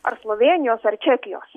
ar slovėnijos ar čekijos